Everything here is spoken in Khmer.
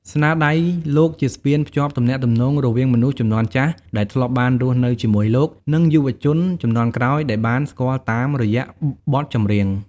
ស្នាដៃលោកជាស្ពានភ្ជាប់ទំនាក់ទំនងរវាងមនុស្សជំនាន់ចាស់ដែលធ្លាប់បានរស់នៅជាមួយលោក និងយុវជនជំនាន់ក្រោយដែលបានស្គាល់លោកតាមរយៈបទចម្រៀង ។